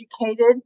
educated